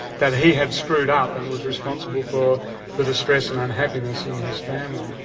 that he had screwed up and was responsible for the distress and unhappiness in his family.